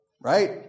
right